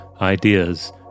ideas